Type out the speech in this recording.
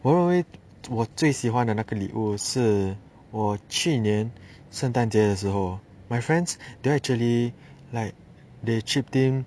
我认为我最喜欢的那个礼物是我去年圣诞节的时候 my friends they actually like they chipped in